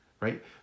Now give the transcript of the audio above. right